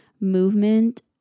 movement